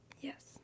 Yes